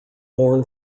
born